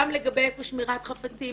גם לגבי איפה שמירת חפצים,